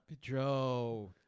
Joe